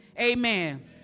Amen